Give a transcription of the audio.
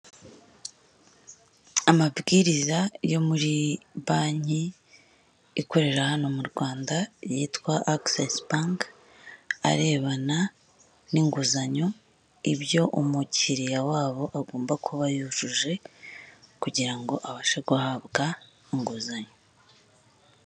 Amabwiriza yo muri banki ikorera hano mu Rwanda yitwa akisesi bank arebana n'inguzanyo. Ibyo umukiriya wabo agomba kuba yujuje kugira ngo abashe guhabwa inguzanyo.